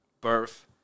Birth